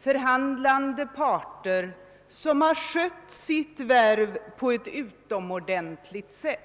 förhandlande parter som har skött sitt värv på ett utomordentligt sätt.